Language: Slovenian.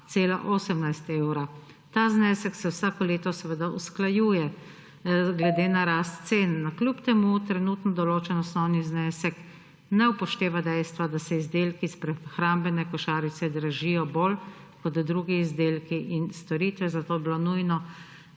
402,18 evra. Ta znesek se vsako leto seveda usklajuje glede na rast cen, a kljub temu trenutno določeni osnovni znesek ne upošteva dejstva, da se izdelki iz prehrambene košarice dražijo bolj kot drugi izdelki in storitve. Zato bi bilo nujno